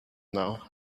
now